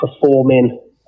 performing